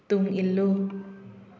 ꯇꯨꯡꯏꯜꯂꯨ